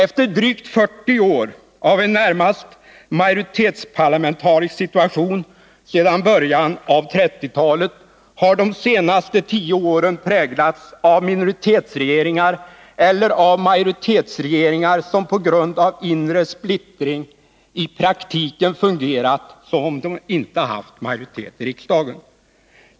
Efter drygt 40 år av en närmast majoritetsparlamentarisk situation sedan början av 1930-talet har de senaste 10 åren präglats av minoritetsregeringar eller av majoritetsregeringar som, på grund av inre splittring, i praktiken fungerat som om de inte haft majoritet i riksdagen.